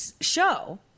show